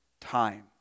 time